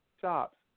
shops